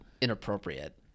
inappropriate